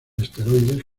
asteroides